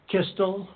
Kistel